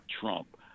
Trump